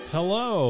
Hello